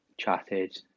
Chatted